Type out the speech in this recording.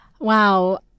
Wow